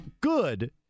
good